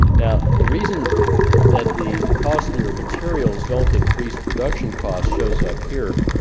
now the reason that the costlier materials don't increase production cost shows up here.